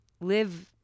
live